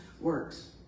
works